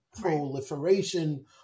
proliferation